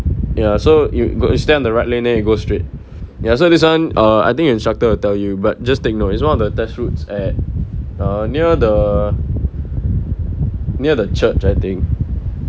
ya so you stay on the right lane then you go straight ya so this one uh I think instructor will tell you but just take note is one of the test routes at err near the near the church I think